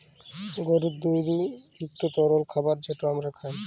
গরুর দুহুদ ইকট তরল খাবার যেট আমরা খাই